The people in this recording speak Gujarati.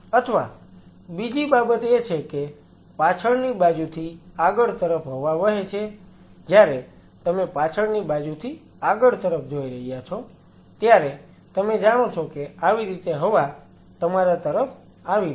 અથવા બીજી બાબત એ છે કે પાછળની બાજુથી આગળ તરફ હવા વહે છે જયારે તમે પાછળની બાજુથી આગળ તરફ જોઈ રહ્યા છો ત્યારે તમે જાણો છો કે આવી રીતે હવા તમારા તરફ આવી રહી છે